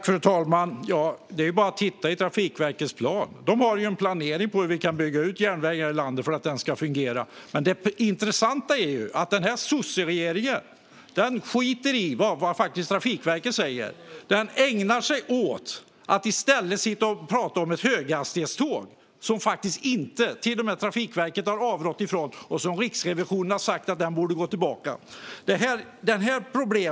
Fru talman! Det är bara att titta i Trafikverkets plan. De har en planering för hur vi kan bygga ut järnvägen här i landet för att den ska fungera. Men det intressanta är att denna sosseregering faktiskt skiter i vad Trafikverket säger. Den ägnar sig i stället åt att tala om höghastighetståg, som till och med Trafikverket har avrått från. Och Riksrevisionen har sagt att dessa planer borde dras tillbaka.